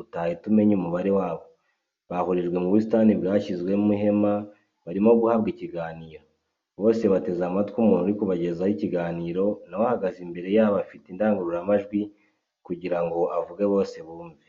utahita umenya umubare wabo, bahurijwe mu busitani bwashyizwemo ihema ,barimo guhabwa ikiganiro , bose bateze amatwi umuntu uri kubagezaho ikiganiro nawe ahagaze imbere yabo afite indangururamajwi kugirango avuge bose bumve.